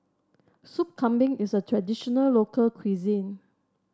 Soup Kambing is a traditional local cuisine